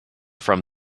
from